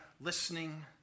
listening